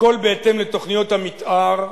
הכול בהתאם לתוכניות המיתאר.